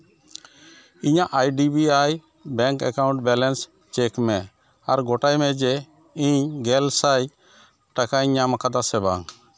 ᱤᱧᱟᱹᱜ I D B I bank account balance check ᱢᱮ ᱟᱨ ᱜᱚᱴᱟᱭ ᱢᱮ ᱤᱧ ᱜᱮᱞ ᱥᱟᱭ ᱴᱟᱠᱟᱧ ᱧᱟᱢᱟᱠᱟᱫᱟ ᱥᱮ ᱵᱟᱝ